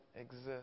exist